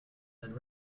and